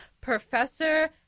professor